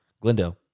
Glendale